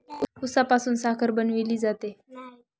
उसापासून साखर बनवली जाते